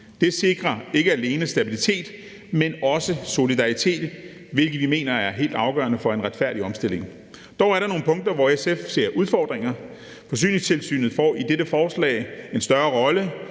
Det sikrer ikke alene stabilitet, men også solidaritet, hvilket vi mener er helt afgørende for en retfærdig omstilling. Dog er der nogle punkter, hvor SF ser udfordringer. Forsyningstilsynet får i dette forslag en større rolle